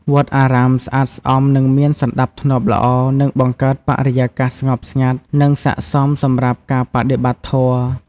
វត្តអារាមស្អាតស្អំ និងមានសណ្តាប់ធ្នាប់ល្អ នឹងបង្កើតបរិយាកាសស្ងប់ស្ងាត់ និងស័ក្តិសមសម្រាប់ការបដិបត្តិធម៌។